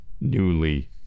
newly